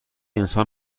انسان